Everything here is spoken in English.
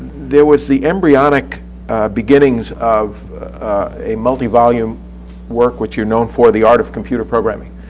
there was the embryonic beginnings of a multi-volume work which you're known for, the art of computer programming.